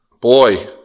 Boy